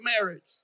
marriage